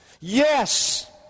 yes